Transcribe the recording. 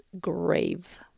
grave